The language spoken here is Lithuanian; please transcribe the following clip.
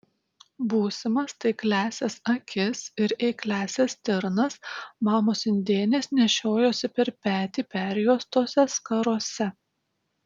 būsimas taikliąsias akis ir eikliąsias stirnas mamos indėnės nešiojosi per petį perjuostose skarose